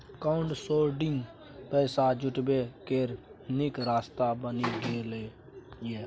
crowdsourcing पैसा जुटबै केर नीक रास्ता बनि गेलै यै